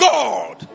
God